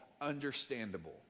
understandable